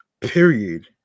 Period